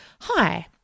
hi